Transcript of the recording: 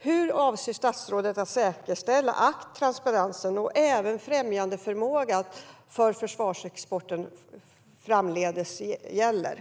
Hur avser statsrådet att säkerställa att transparensen och även främjandeförmågan för försvarsexporten framdeles ska gälla?